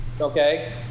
okay